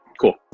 Cool